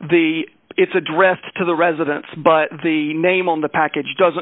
the it's addressed to the residence but the name on the package does